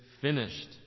finished